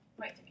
Right